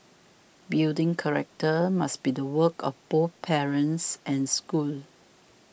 building character must be the work of both parents and schools